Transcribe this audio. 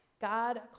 God